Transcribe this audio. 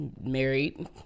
married